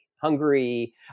Hungary